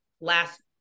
last